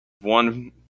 One